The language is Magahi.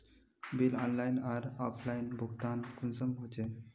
बिल ऑनलाइन आर ऑफलाइन भुगतान कुंसम होचे?